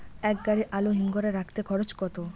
এক গাড়ি আলু হিমঘরে রাখতে খরচ কত?